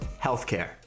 healthcare